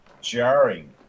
jarring